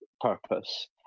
purpose